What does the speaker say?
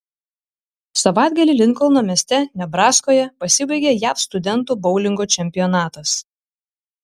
savaitgalį linkolno mieste nebraskoje pasibaigė jav studentų boulingo čempionatas